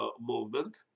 Movement